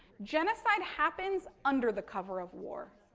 genocide happens under the cover of war.